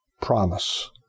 promise